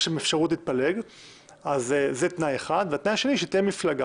זה תנאי אחד, והתנאי השני הוא שתהיה מפלגה.